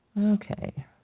Okay